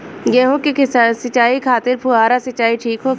गेहूँ के सिंचाई खातिर फुहारा सिंचाई ठीक होखि?